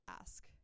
ask